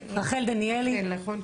רחל, נכון?